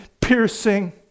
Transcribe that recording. piercing